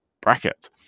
bracket